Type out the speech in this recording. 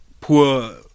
poor